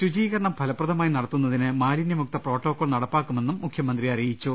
ശുചീകരണം ഫലപ്രദമായി നടത്തുന്നതിന് മാലിന്യ മുക്ത പ്രോട്ടോ കോൾ നടപ്പാക്കുമെന്നും മുഖ്യമന്ത്രി അറിയിച്ചു